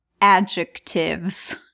adjectives